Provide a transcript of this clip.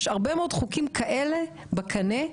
יש הרבה מאוד חוקים כאלה בקנה,